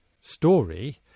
story